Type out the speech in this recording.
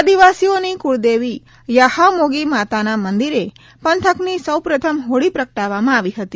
આદીવાસીઓની કુળદેવી યાહામોગી માતાના મંદિરે પંથકની સૌપ્રથમ હોળી પ્રગટાવવામાં આવી હતી